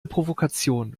provokation